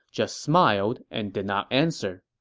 just smiled and did not answer.